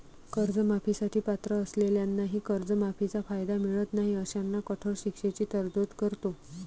कर्जमाफी साठी पात्र असलेल्यांनाही कर्जमाफीचा कायदा मिळत नाही अशांना कठोर शिक्षेची तरतूद करतो